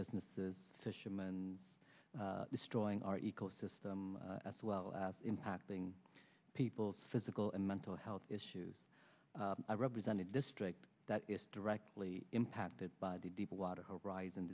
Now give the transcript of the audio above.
businesses fishermen and destroying our ecosystem as well impacting people's physical and mental health issues i represent a district that is directly impacted by the deepwater horizon